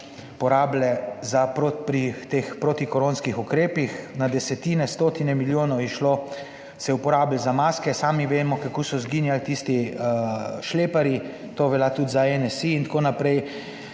porabile pri teh protikoronskih ukrepih, na desetine, stotine milijonov je šlo, se je uporabilo za maske, sami vemo, kako so izginjali tisti šleparji, to velja tudi za NSi, itn.,